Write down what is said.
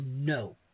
no